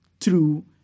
true